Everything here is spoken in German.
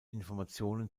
informationen